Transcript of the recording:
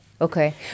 Okay